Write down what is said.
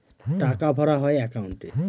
টাকা ভরা হয় একাউন্টে